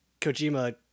Kojima